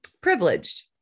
privileged